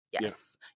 Yes